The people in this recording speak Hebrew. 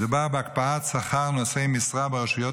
מדובר בהקפאת שכר נושאי משרה ברשויות